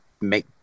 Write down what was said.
make